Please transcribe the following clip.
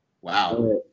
Wow